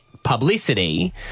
Publicity